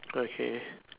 okay